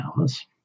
hours